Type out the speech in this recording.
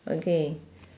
okay